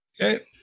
Okay